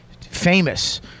famous